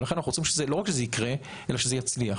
לכן, אנחנו רוצים לא רק שזה יקרה אלא שזה יצליח.